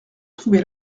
trouvait